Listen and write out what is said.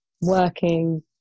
working